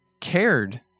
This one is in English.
cared